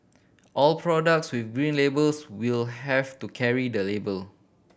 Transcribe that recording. all products with Green Labels will have to carry the label